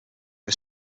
are